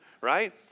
right